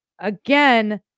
Again